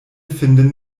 finden